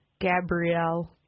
Gabrielle